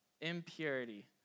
impurity